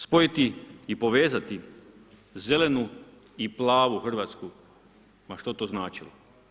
Spojiti i povezati zelenu i plavu Hrvatsku ma što to značilo.